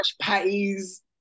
patties